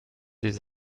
des